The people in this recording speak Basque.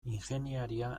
ingeniaria